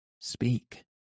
speak